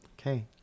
Okay